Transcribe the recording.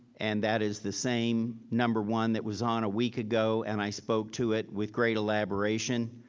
and that is the same number one that was on a week ago. and i spoke to it with great elaboration.